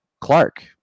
Clark